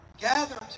Gather